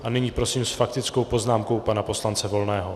A nyní prosím s faktickou poznámkou pana poslance Volného.